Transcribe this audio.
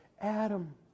Adam